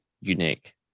unique